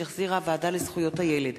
שהחזירה הוועדה לזכויות הילד.